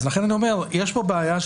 יש פה בעיה.